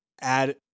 add